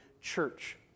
church